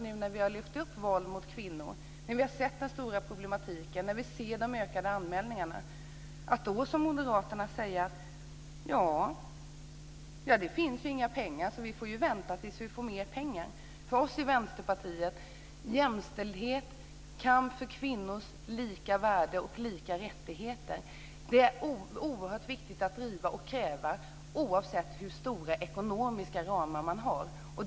Nu när vi har lyft upp frågan om våld mot kvinnor och sett den stora problematiken och ser de ökade anmälningarna säger Moderaterna att det inte finns några pengar och att vi måste vänta tills vi får mer pengar. För oss i Vänsterpartiet är det oerhört viktigt att kräva jämställdhet och föra en kamp för kvinnors lika värde och rättigheter, oavsett hur stora ekonomiska ramar man har.